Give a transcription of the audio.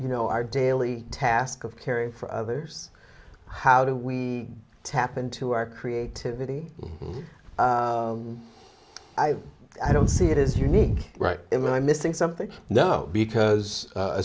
you know our daily task of caring for others how do we tap into our creativity i i don't see it as unique right am i missing something no because